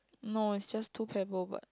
no is just two pebble but